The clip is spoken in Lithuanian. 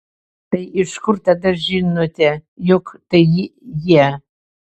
tai iš kur tada žinote jog tai jie